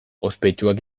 ospetsuak